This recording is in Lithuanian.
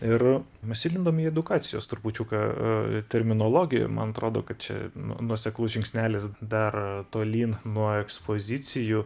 ir mes įlindom į edukacijos trupučiuką a terminologiją i man atrodo kad čia nu noseklus žingsnelis dar tolyn nuo ekspozicijų